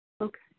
Okay